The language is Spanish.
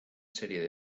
serie